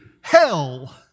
hell